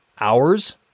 hours